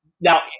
now